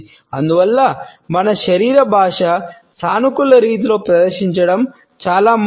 అందువల్ల మన శరీర భాషను సానుకూల రీతిలో ప్రదర్శించడం చాలా ముఖ్యం